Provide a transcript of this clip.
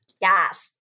Yes